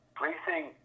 Policing